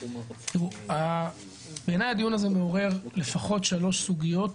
תראו, בעייני הדיון הזה מעורר לפחות שלוש סוגיות,